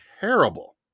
terrible